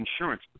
insurance